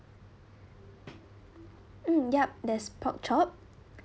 mm yup there's pork chop